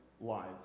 lives